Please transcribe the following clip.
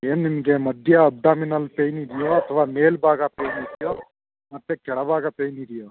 ಏನು ನಿಮಗೆ ಮಧ್ಯ ಅಬ್ಡಮಿನಲ್ ಪೇಯ್ನ್ ಇದೆಯೋ ಅಥ್ವಾ ಮೇಲು ಭಾಗ ಪೇಯ್ನ್ ಇದೆಯೋ ಮತ್ತು ಕೆಳ ಭಾಗ ಪೇಯ್ನ್ ಇದೆಯೋ